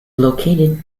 located